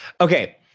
Okay